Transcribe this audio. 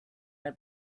and